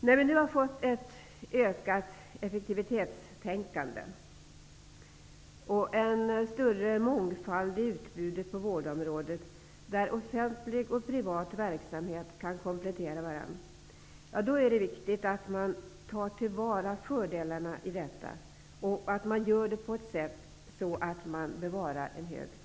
När vi nu har fått ett ökat effektivitetstänkande och en större mångfald i utbudet på vårdområdet, och offentlig och privat verksamhet kan komplettera varandra, är det viktigt att vi tar till vara fördelarna på ett sätt som gör att en hög kvalitet bevaras.